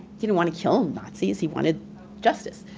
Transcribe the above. didn't want to kill nazis, he wanted justice.